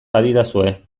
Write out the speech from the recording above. badidazue